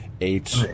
eight